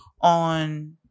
on